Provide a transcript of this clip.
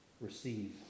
receive